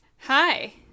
Hi